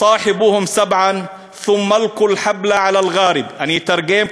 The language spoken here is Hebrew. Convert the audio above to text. בערבית ומתרגמם:) אני אתרגם,